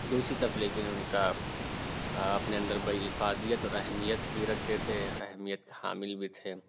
دوسری طرف لیکن ان کا اپنے اندر بڑی افادیت اور اہمیت بھی رکھتے تھے اہمیت کے حامل بھی تھے